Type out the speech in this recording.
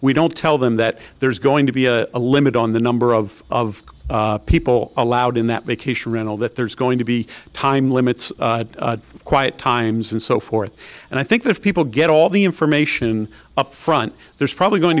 we don't tell them that there's going to be a limit on the number of people allowed in that make a sure and all that there's going to be time limits of quiet times and so forth and i think that people get all the information up front there's probably going